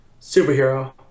superhero